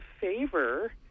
favor